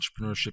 entrepreneurship